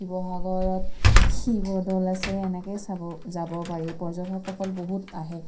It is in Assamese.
শিৱসাগৰত শিৱদৌল আছে এনেকেই চাব যাব পাৰি পৰ্যটকসকল বহুত আহে